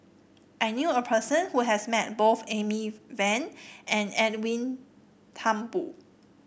I knew a person who has met both Amy Van and Edwin Thumboo